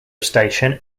station